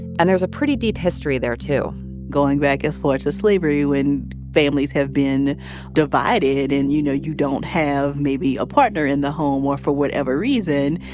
and there's a pretty deep history there, too going back as far to slavery, when families have been divided and, you know, you don't have maybe a partner in the home, or for whatever reason,